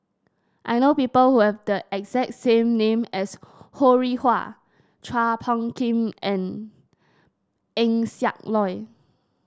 I know people who have the exact same name as Ho Rih Hwa Chua Phung Kim and Eng Siak Loy